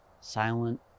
silent